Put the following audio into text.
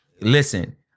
listen